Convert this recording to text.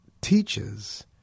teaches